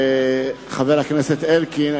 חבר הכנסת אלקין.